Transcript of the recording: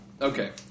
Okay